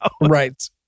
right